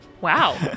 Wow